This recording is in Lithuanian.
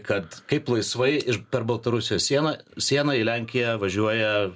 kad kaip laisvai iš per baltarusijos sieną sieną į lenkiją važiuoja